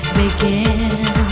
begin